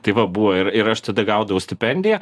tai va buvo ir ir aš tada gaudavau stipendiją